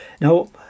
Now